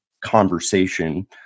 conversation